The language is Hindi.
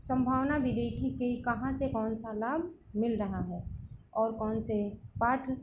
संभावना भी देखें कि कहाँ से कौन सा लाभ मिल रहा है और कौनसे पाठ